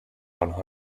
آنها